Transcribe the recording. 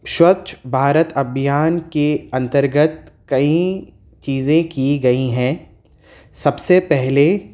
سوچھ بھارت ابھیان کے انترگت کئی چیزیں کی گئی ہیں سب سے پہلے